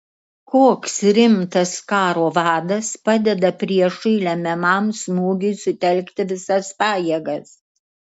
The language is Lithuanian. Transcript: koks rimtas karo vadas padeda priešui lemiamam smūgiui sutelkti visas pajėgas